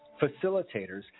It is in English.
facilitators